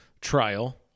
trial